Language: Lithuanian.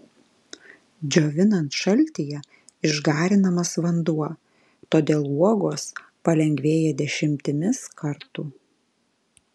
džiovinant šaltyje išgarinamas vanduo todėl uogos palengvėja dešimtimis kartų